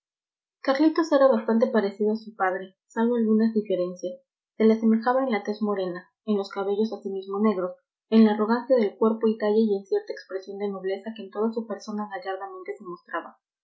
carlitos era bastante parecido a su padre salvo algunas diferencias se le asemejaba en la tez morena en los cabellos asimismo negros en la arrogancia del cuerpo y talle y en cierta expresión de nobleza que en toda su persona gallardamente